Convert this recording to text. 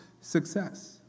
success